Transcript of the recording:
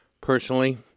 personally